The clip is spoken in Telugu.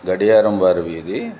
గడియారం వారి వీధి